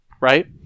right